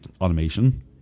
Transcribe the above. automation